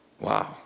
Wow